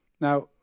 Now